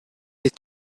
est